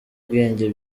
bwenge